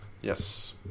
Yes